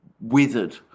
withered